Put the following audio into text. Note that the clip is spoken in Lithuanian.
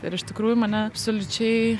ir iš tikrųjų mane absoliučiai